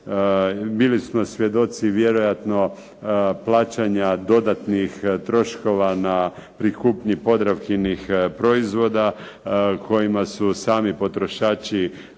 Bili smo svjedoci vjerojatno plaćanja dodatnih troškova pri kupnji Podravkinih proizvoda kojima su sami potrošači